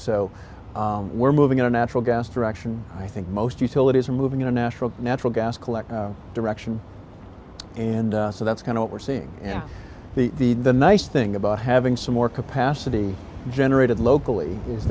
so we're moving in a natural gas direction i think most utilities are moving in a natural natural gas collect direction and so that's kind of what we're seeing and the the nice thing about having some more capacity generated locally is